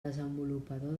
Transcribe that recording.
desenvolupador